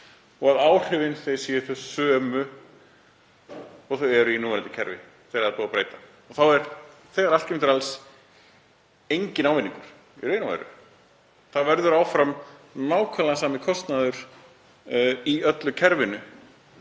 og ef áhrifin eru þau sömu og þau eru í núverandi kerfi þegar það er búið að breyta. Þá er þegar allt kemur til alls enginn ávinningur í raun og veru. Það verður áfram nákvæmlega sami kostnaður í öllu kerfinu,